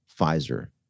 Pfizer